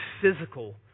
physical